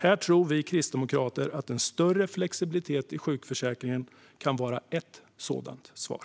Här tror vi kristdemokrater att en större flexibilitet i sjukförsäkringen kan vara ett sådant svar.